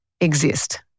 exist